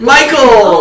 Michael